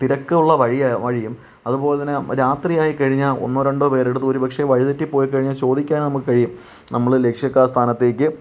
തിരക്കുള്ള വഴി വഴിയും അതുപോലെ തന്നെ രാത്രിയായിക്കഴിഞ്ഞാൽ ഒന്നോ രണ്ടോ പേരെടുത്ത് ഒരു പക്ഷേ വഴിതെറ്റിപ്പോയിക്കഴിഞ്ഞാൽ വഴി ചോദിക്കാൻ കഴിയും നമ്മുടെ ലക്ഷ്യ സ്ഥാനത്തേക്ക്